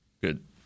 Good